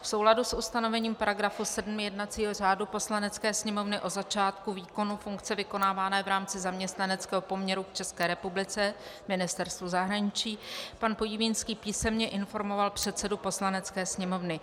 V souladu s ustanovením § 7 jednacího řádu Poslanecké sněmovny o začátku výkonu funkce vykonávané v rámci zaměstnaneckého poměru v České republice, Ministerstvu zahraničí, pan Podivínský písemně informoval předsedu Poslanecké sněmovny.